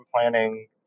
planning